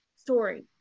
story